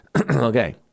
Okay